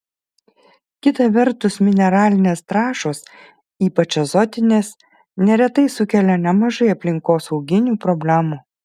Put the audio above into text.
kita vertus mineralinės trąšos ypač azotinės neretai sukelia nemažai aplinkosauginių problemų